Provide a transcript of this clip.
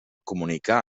comunicar